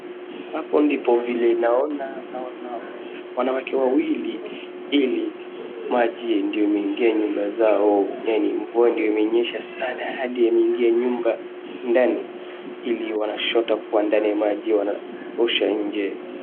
Hapo ndipo vile naona, naona wanawake wawili ili maji ndio ineingia nyumba zao yaani mvua ndio imenyesha sana hadi yameingia nyumba ndani ili wanachota kuwa ndani ya maji wanarusha nje.